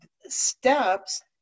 steps